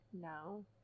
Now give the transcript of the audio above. No